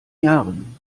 jahren